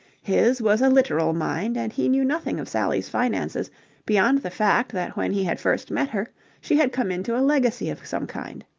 his was a literal mind, and he knew nothing of sally's finances beyond the fact that when he had first met her she had come into a legacy of some kind.